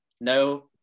No